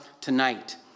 tonight